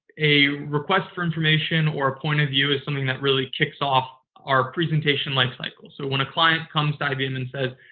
a request for information or point of view is something that really kicks off our presentation lifecycle. so, when a client comes to ibm and says,